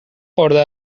خورده